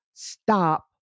stop